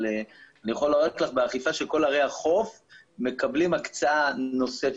אבל אני יכול להגיד לך שבאכיפה של כל ערי החוף מקבלים הקצאה נוספת,